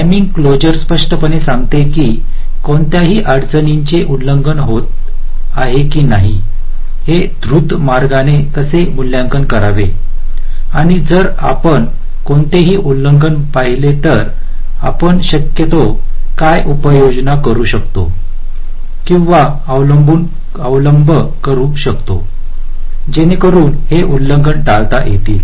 timing closure स्पष्टपणे सांगते की कोणत्याही अडचणींचे उल्लंघन होत आहे की नाही हे द्रुत मार्गाने कसे मूल्यांकन करावे आणि जर आपण कोणतेही उल्लंघन पाहिले तर आपण शक्यतो काय उपाययोजना करू शकतो किंवा अवलंब करू शकतो जेणेकरून हे उल्लंघन टाळता येईल